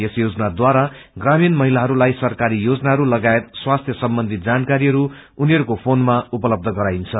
यस योजनाद्वारा ग्रमीण महलाहरूलाइ सरकारी योजनाहरू लागायत स्वास्थ्य सम्बन्धी जानकारीहरू उनीहरूको फोनमा उपलब्ध गराईन्छ